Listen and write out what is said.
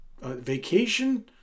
vacation